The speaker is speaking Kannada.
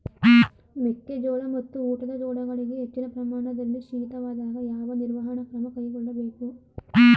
ಮೆಕ್ಕೆ ಜೋಳ ಮತ್ತು ಊಟದ ಜೋಳಗಳಿಗೆ ಹೆಚ್ಚಿನ ಪ್ರಮಾಣದಲ್ಲಿ ಶೀತವಾದಾಗ, ಯಾವ ನಿರ್ವಹಣಾ ಕ್ರಮ ಕೈಗೊಳ್ಳಬೇಕು?